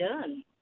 done